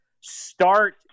start